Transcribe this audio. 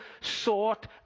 sought